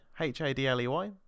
H-A-D-L-E-Y